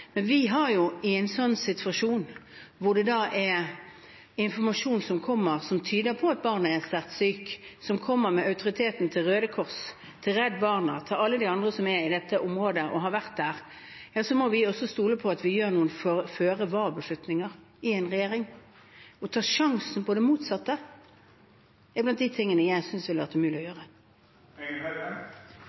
Men i en situasjon hvor det kommer informasjon som tyder på at barnet er svært sykt – som kommer med autoriteten til Røde Kors, til Redd Barna, til alle de andre som har vært og er i dette området – må vi stole på det og gjøre noen føre-var-beslutninger i en regjering. Å ta sjansen på det motsatte er blant de tingene jeg synes ville ha vært umulig å gjøre.